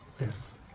Yes